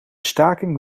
staking